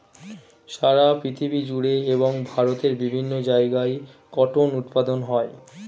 সারা পৃথিবী জুড়ে এবং ভারতের বিভিন্ন জায়গায় কটন উৎপাদন হয়